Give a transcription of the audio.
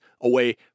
away